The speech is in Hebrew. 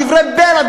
דברי בלע,